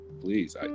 Please